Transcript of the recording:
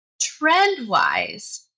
Trend-wise